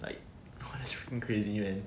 like !wah! it's frigging crazy man